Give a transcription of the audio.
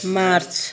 March